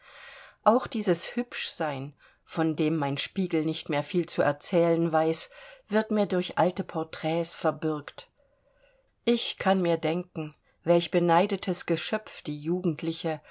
auch dieses hübschsein von dem mein spiegel nicht mehr viel zu erzählen weiß wird mir durch alte porträts verbürgt ich kann mir denken welch beneidetes geschöpf die jugendliche